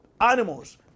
animals